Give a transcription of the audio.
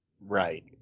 right